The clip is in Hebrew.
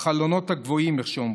בחלונות הגבוהים, איך שאומרים,